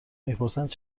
میپرسند